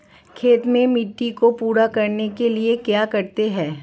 खेत में मिट्टी को पूरा करने के लिए क्या करते हैं?